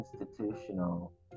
institutional